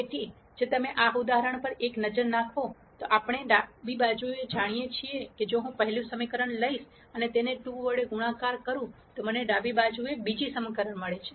તેથી જો તમે આ ઉદાહરણ પર એક નજર નાખો તો આપણે ડાબી બાજુ જાણીએ છીએ જો હું પહેલું સમીકરણ લઈશ અને તેને 2 વડે ગુણાકાર કરું તો મને ડાબી બાજુએ બીજું સમીકરણ મળે છે